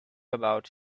about